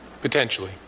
Potentially